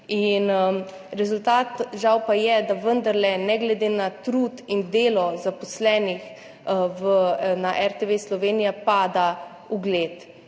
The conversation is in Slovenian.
Rezultat pa je, žal, da vendarle ne glede na trud in delo zaposlenih na RTV Slovenija, pada ugled.